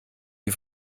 die